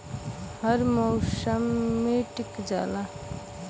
हर मउसम मे टीक जाला